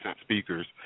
speakers